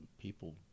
People